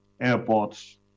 airports